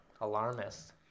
Alarmist